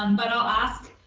um but i'll ask